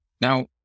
Now